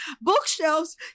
bookshelves